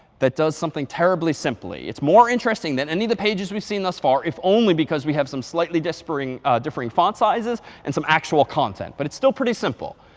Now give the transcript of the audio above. that does something terribly simply. it's more interesting than any of the pages we've seen thus far, if only because we have some slightly differing differing font sizes and some actual content, but it's still pretty simple.